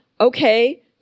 okay